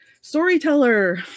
storyteller